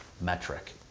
metric